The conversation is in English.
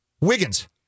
Wiggins